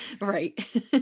Right